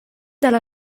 dalla